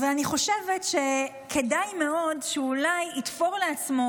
אבל אני חושבת שכדאי מאוד שאולי יתפור לעצמו